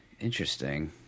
Interesting